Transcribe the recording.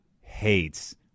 hates